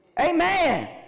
Amen